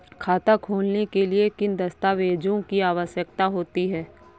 खाता खोलने के लिए किन दस्तावेजों की आवश्यकता होती है?